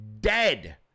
dead